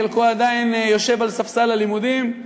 חלקו עדיין יושב על ספסל הלימודים,